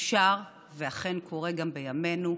וכך אכן קורה גם בימינו,